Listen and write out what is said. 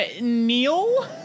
Neil